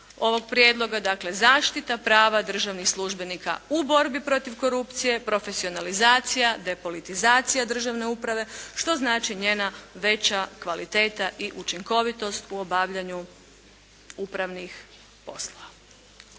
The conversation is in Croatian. ovog prijedloga, dakle zaštita prava državnih službenika u borbi protiv korupcije, profesionalizacija, depolitizacija državne uprave što znači njena veća kvaliteta i učinkovitost u obavljanju upravnih poslova.